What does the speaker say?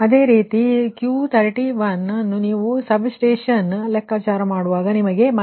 ಅದೇ ರೀತಿ Q31 ನೀವು ಆಗಾಗ್ಗೆ ಸಬ್ಸ್ಟೇಷನ್ ಅನ್ನು ಲೆಕ್ಕಾಚಾರ ಮಾಡುವಾಗ ನಿಮಗೆ −94